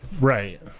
right